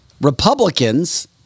Republicans